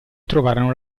trovarono